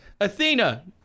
athena